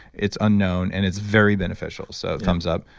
it's unknown and it's very beneficial. so thumbs up.